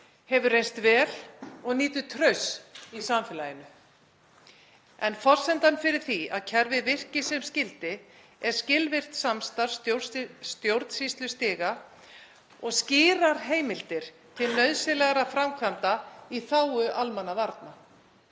hefur reynst vel og nýtur trausts í samfélaginu. En forsendan fyrir því að kerfið virki sem skyldi er skilvirkt samstarf stjórnsýslustiga og skýrar heimildir til nauðsynlegra framkvæmda í þágu almannavarna.